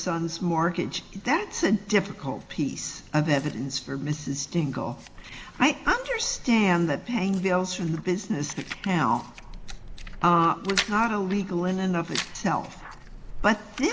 son's mortgage that's a difficult piece of evidence for mrs dingell i understand that paying bills from the business now is not a legal in and of itself but th